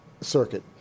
circuit